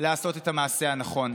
לעשות את המעשה הנכון.